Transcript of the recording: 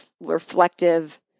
reflective